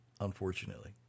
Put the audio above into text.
unfortunately